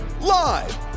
live